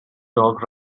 dog